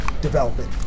developing